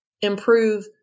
improve